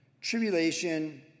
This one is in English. tribulation